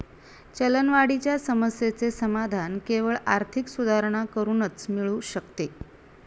चलनवाढीच्या समस्येचे समाधान केवळ आर्थिक सुधारणा करूनच मिळू शकते